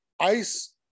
ice